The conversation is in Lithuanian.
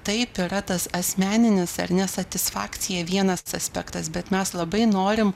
taip yra tas asmeninis ar ne satisfakcija vienas aspektas bet mes labai norim